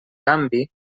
canvi